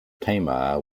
tamar